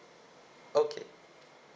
okay